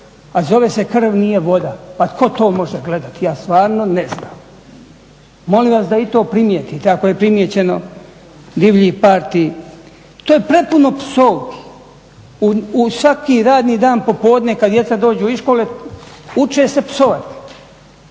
a zove se Krv nije voda. Pa tko to može gledati, ja stvarno ne znam. Molim vas da i to primijetite, ako je primijećeno divlji partiji. To je prepuno psovki u svaki radni dan popodne kada djeca dođu iz škole uče se psovati.